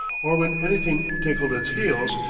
or when anything tickled its heels,